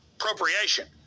appropriation